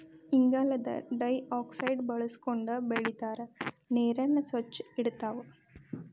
ಇಂಗಾಲದ ಡೈಆಕ್ಸೈಡ್ ಬಳಸಕೊಂಡ ಬೆಳಿತಾವ ನೇರನ್ನ ಸ್ವಚ್ಛ ಇಡತಾವ